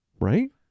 right